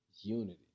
unity